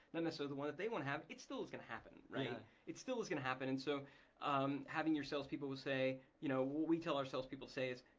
and the so the one that they wanna have, it still is gonna happen. it still is gonna happen and so having your salespeople will say, you know what we tell ourselves people say is,